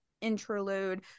interlude